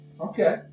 Okay